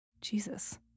Jesus